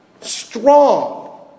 strong